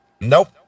nope